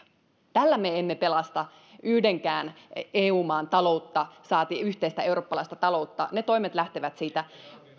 tällä me emme pelasta yhdenkään eu maan taloutta saati yhteistä eurooppalaista taloutta ne toimet lähtevät siitä